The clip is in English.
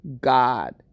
God